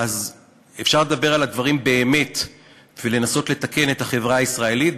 אפשר לדבר על הדברים באמת ולנסות לתקן את החברה הישראלית,